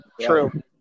True